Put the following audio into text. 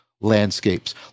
landscapes